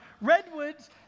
Redwoods